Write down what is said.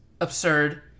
absurd